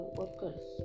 workers